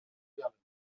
yelling